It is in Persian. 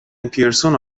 پیرسون